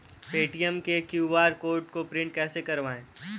Paytm के QR code को print कैसे करवाएँ?